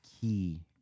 key